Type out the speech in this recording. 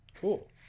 cool